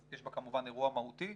אז יש בה כמובן אירוע מהותי.